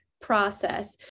process